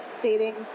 dating